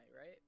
right